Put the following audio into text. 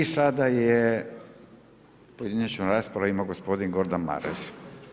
I sada je, pojedinačnu raspravu ima gospodin Gordan Maras.